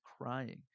crying